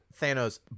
Thanos